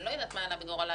אני לא יודעת מה עלה בגורלה,